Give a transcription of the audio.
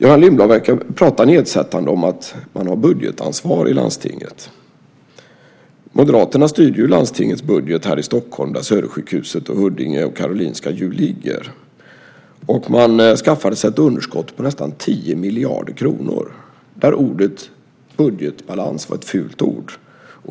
Göran Lindblad verkar prata nedsättande om att man har budgetansvar i landstinget. Moderaterna styrde ju landstingets budget här i Stockholm, där Södersjukhuset, Huddinge och Karolinska ju ligger. Man skaffade sig ett underskott på nästan 10 miljarder kronor. Ordet "budgetbalans" var ett fult ord.